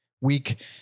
week